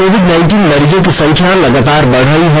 Covid मरीजों की संख्या लगातार बढ़ रही है